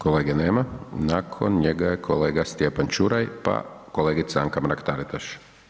Kolege nema, nakon njega je kolega Stjepan Čuraj pa kolegica Anka Mrak Taritaš.